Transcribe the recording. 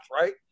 right